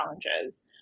challenges